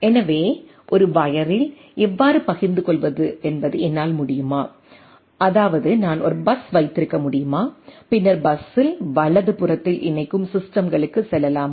எனவே ஒரு வயரில் எவ்வாறு பகிர்ந்து கொள்வது என்பது என்னால் முடியுமா அதாவது நான் ஒரு பஸ் வைத்திருக்க முடியுமா பின்னர் பஸ்ஸில் வலதுபுறத்தில் இணைக்கும் சிஸ்டம்களுக்கு செல்லலாமா